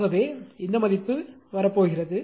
ஆகவே இந்த மதிப்பு வரப்போகிறது